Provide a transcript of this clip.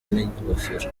n’ingofero